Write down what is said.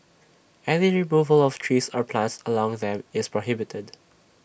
any removal of trees or plants along them is prohibited